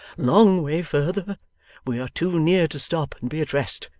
long way further. we are too near to stop, and be at rest.